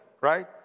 right